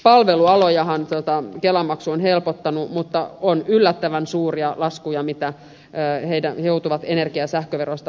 palvelualojahan kelamaksu on helpottanut mutta on yllättävän suuria laskuja mitä he joutuvat energia ja sähköveroista enemmän maksamaan